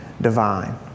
divine